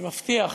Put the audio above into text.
אני מבטיח